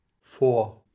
four